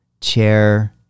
chair